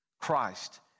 Christ